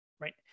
right